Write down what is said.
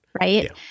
right